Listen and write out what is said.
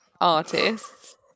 artists